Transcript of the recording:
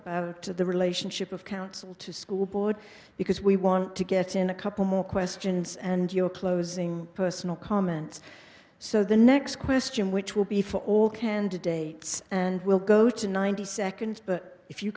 think to the relationship of counsel to school board because we want to get in a couple more questions and your closing personal comments so the next question which will be for all candidates and we'll go to ninety seconds but if you